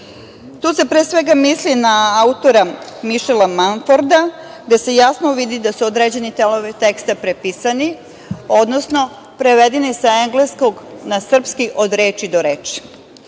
Tu se pre svega misli na autora Mišela Manforda, gde se jasno vidi da su određeni delovi teksta prepisani, odnosno prevedeni sa engleskog na srpski od reči do